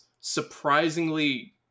surprisingly